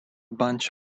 bunch